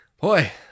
Boy